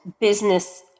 business